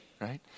right